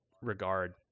regard